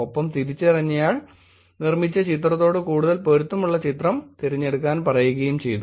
ഒപ്പം തിരിച്ചറിഞ്ഞയാൾ നിർമിച്ച ചിത്രത്തോട് കൂടുതൽ പൊരുത്തമുള്ള ചിത്രം തിരഞ്ഞെടുക്കാൻ പറയുകയും ചെയ്തു